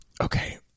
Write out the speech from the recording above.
Okay